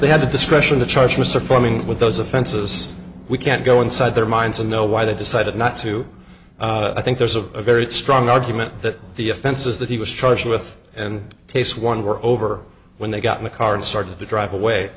they had discretion to charge mr fleming with those offenses we can't go inside their minds and know why they decided not to i think there's a very strong argument that the offenses that he was charged with and case one were over when they got in the car and started to drive away